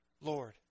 Lord